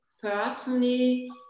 personally